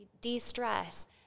de-stress